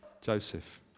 Joseph